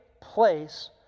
place